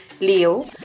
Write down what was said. Leo